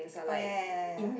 oh ya ya ya ya